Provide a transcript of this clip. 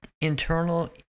internal